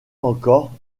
encore